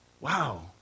Wow